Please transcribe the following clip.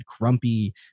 grumpy